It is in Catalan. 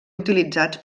utilitzats